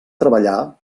treballar